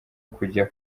kujya